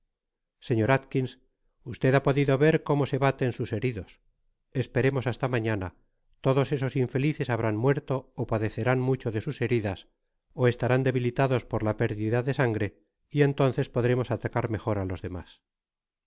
señor atkins usted ha podido ver cómo se baten sus heri dos esperemos hasta mañana todos esos infelices habrán muerto ó padecerán mucho de sus heridas ó esteran debilitados por la pérdida de sangre y entonces podremos atacar mejor á los demas